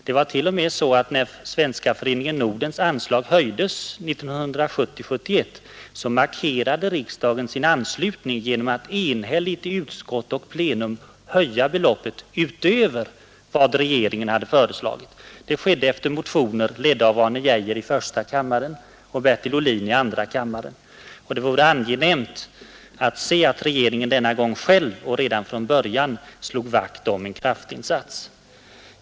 Det var t.o.m. så att när Föreningen Nordens anslag höjdes 1970/71, markerade riksdagen sin anslutning genom att enhälligt i utskott och i riksdag höja beloppet utöver vad regeringen hade föreslagit, nämligen från föreslagna 260 000 kr. till 500 000 kr. Det skedde efter motioner med herr Arne Geijer i första kammaren och herr Bertil Ohlin i andra kammaren som första namn. Det vore angenämt att se att regeringen denna gång själv och redan från början slår vakt om en kraftinsats.